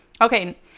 Okay